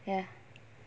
ya